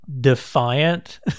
defiant